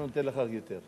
אנחנו ניתן לך יותר.